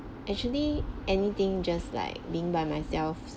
actually anything just like being by myself